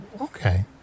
okay